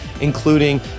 including